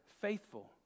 faithful